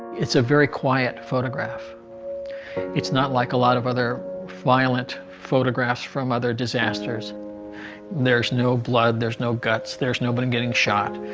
it's a very quiet photograph it's not like a lot of other violent photographs from other disasters there's no blood. there's guts. there's nobody getting shot,